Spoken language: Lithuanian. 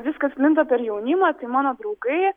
viskas plinta per jaunimą tai mano draugai